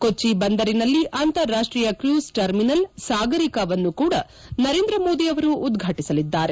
ಕೊಚ್ಚ ಬಂದರಿನಲ್ಲಿ ಅಂತಾರಾಷ್ಟೀಯ cruise terminal Sagarika ವನ್ನು ಕೂಡ ನರೇಂದ್ರ ಮೋದಿ ಅವರು ಉದ್ವಾಟಿಸಲಿದ್ದಾರೆ